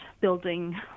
building